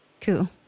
Cool